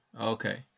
Okay